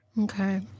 Okay